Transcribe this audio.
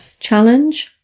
challenge